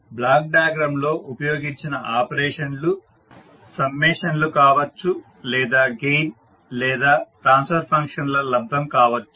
black diagram లో ఉపయోగించిన ఆపరేషన్లు సమ్మేషన్లు కావచ్చు లేదా గెయిన్ లేదా ట్రాన్స్ఫర్ ఫంక్షన్ ల లబ్దం కావచ్చు